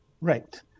Right